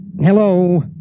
Hello